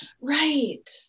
right